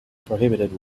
prohibited